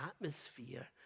atmosphere